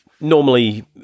Normally